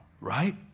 right